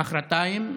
מוחרתיים,